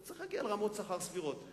אתה צריך להגיע לרמות שכר סבירות,